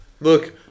Look